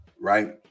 right